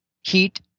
Heat